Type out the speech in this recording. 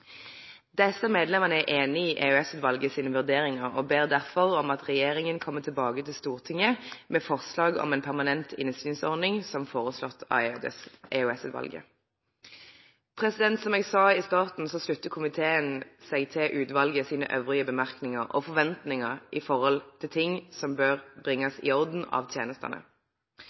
Disse medlemmene er enig i EOS-utvalgets vurderinger og ber derfor om at regjeringen kommer tilbake til Stortinget med forslag om en permanent innsynsordning, som foreslått av EOS-utvalget. Som jeg sa i starten, slutter komiteen seg til utvalgets øvrige bemerkninger og forventninger med hensyn til ting som bør bringes i orden av tjenestene.